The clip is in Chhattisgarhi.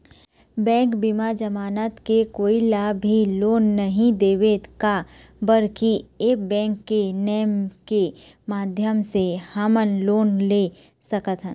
बैंक बिना जमानत के कोई ला भी लोन नहीं देवे का बर की ऐप बैंक के नेम के माध्यम से हमन लोन ले सकथन?